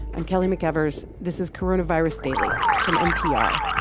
i'm kelly mcevers. this is coronavirus daily from npr.